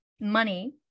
Money